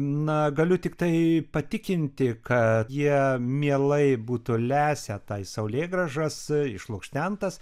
na galiu tiktai patikinti kad jie mielai būtų lesę tai saulėgrąžas išlukštentas